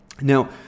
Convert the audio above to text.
Now